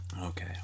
okay